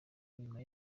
nyuma